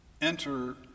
enter